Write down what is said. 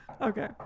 okay